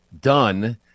done